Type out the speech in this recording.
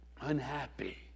unhappy